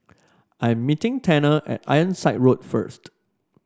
I'm meeting Tanner at Ironside Road first